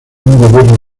gobierno